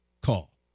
call